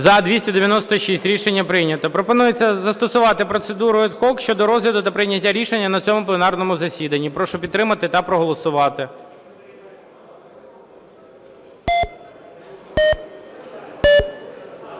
За-296 Рішення прийнято. Пропонується застосувати процедуру ad hoc щодо розгляду та прийняття рішення на цьому пленарному засіданні. Прошу підтримати та проголосувати.